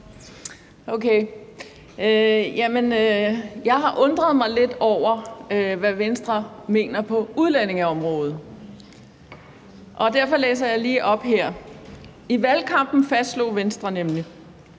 Okay. Jeg har undret mig lidt over, hvad Venstre mener på udlændingeområdet. Derfor læser jeg lige op her. I valgkampen fastslog Venstre nemlig: